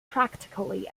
practically